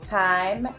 time